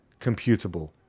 computable